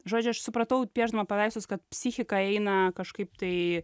žodžiu aš supratau piešdama paveikslus kad psichika eina kažkaip tai